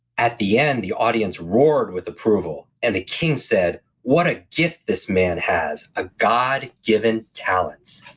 at the end, the audience roared with approval, and the king said, what a gift this man has? a god given talent.